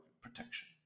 protection